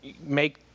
make